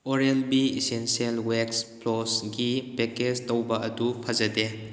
oral B essential wax ꯐ꯭ꯂꯣꯁꯒꯤ packs ꯇꯧꯕ ꯑꯗꯨ ꯐꯖꯗꯦ